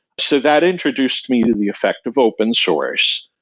so that introduced me to the effect of open source.